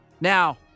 Now